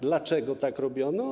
Dlaczego tak robiono?